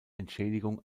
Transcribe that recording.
entschädigung